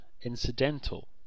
incidental